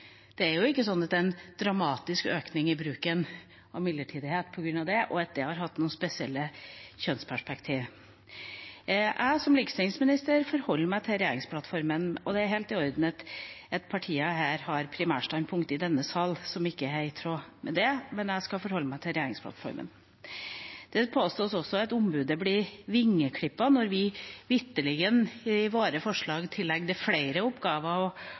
Det er ikke sånn at det er en dramatisk økning i bruken av midlertidighet på grunn av det, eller at det har hatt noen spesielle kjønnsperspektiv. Som likestillingsminister forholder jeg meg til regjeringsplattformen. Det er helt i orden at partiene i denne salen har primærstandpunkt som ikke er i tråd med den, men jeg skal forholde meg til regjeringsplattformen. Det påstås at ombudet blir vingeklippet når vi i våre forslag faktisk tillegger det flere oppgaver